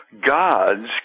gods